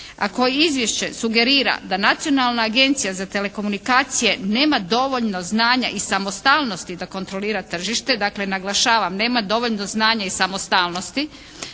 koje izvješće sugerira da Nacionalna agencija za telekomunikacije nema dovoljno znanja i samostalnosti da kontrolira tržište. Dakle, naglašavam nema dovoljno znanja i samostalnosti